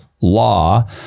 law